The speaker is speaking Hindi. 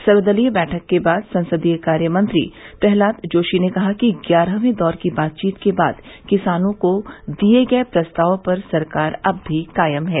सर्वदलीय बैठक के बाद संसदीय कार्य मंत्री प्रल्हाद जोशी ने कहा कि ग्यारहवें दौर की बातचीत के बाद किसानों को दिए गए प्रस्ताव पर सरकार अब भी कायम है